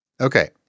Okay